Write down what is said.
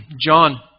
John